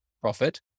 profit